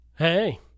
Hey